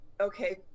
okay